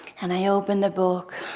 and i open the book